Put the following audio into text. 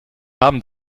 haben